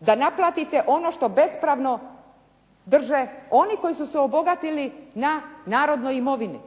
da naplatite ono što bespravno drže oni koji su se obogatili na narodnoj imovini,